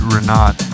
Renat